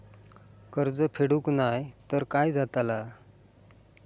कर्ज फेडूक नाय तर काय जाताला?